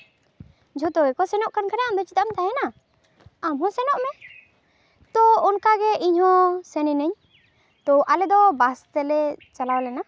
ᱡᱷᱚᱛᱚᱜᱮᱠᱚ ᱥᱮᱱᱚᱜ ᱠᱟᱱᱟ ᱟᱢ ᱫᱚ ᱪᱮᱫᱟᱜ ᱮᱢ ᱛᱟᱦᱮᱱᱟ ᱟᱢ ᱦᱚᱸ ᱥᱮᱱᱚᱜ ᱢᱮ ᱛᱚ ᱚᱱᱠᱟᱜᱮ ᱤᱧ ᱦᱚᱸ ᱥᱮᱱᱤᱱᱟᱹᱧ ᱛᱚ ᱟᱞᱮ ᱫᱚ ᱵᱟᱥ ᱛᱮᱞᱮ ᱪᱟᱞᱟᱣ ᱞᱮᱱᱟ